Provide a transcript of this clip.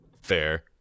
Fair